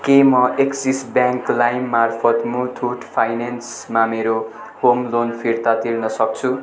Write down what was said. के म Axis bank लाइम मार्फत मुथुट फाइनेन्समा मेरो होम लोन फिर्ता तिर्न सक्छु